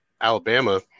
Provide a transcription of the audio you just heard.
Alabama